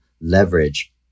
leverage